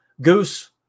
Goose